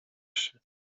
się